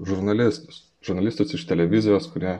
žurnalistus žurnalistus iš televizijos kurie